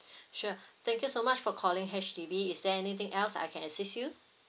sure thank you so much for calling H_D_B is there anything else I can assist you